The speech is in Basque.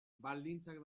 baldintzak